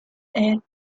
aid